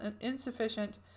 insufficient